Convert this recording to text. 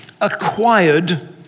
acquired